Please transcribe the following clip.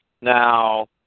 Now